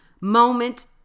moment